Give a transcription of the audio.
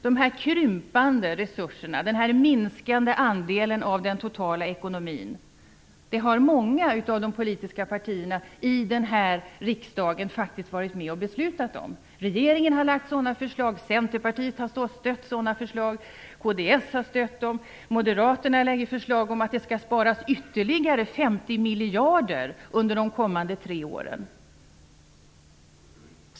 De krympande resurserna och den minskande andelen av den totala ekonomin har många av partierna i denna riksdag faktiskt varit med och beslutat om. Regeringen har lagt sådana förslag och Centerpartiet och kds har stött sådana förslag. Moderaterna lägger förslag om att det skall sparas ytterligare 50 miljarder under de kommande tre åren.